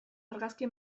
argazki